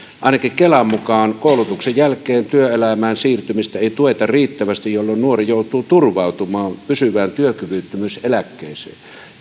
ainakin kelan mukaan koulutuksen jälkeen työelämään siirtymistä ei tueta riittävästi jolloin nuori joutuu turvautumaan pysyvään työkyvyttömyyseläkkeeseen